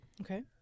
Okay